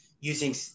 using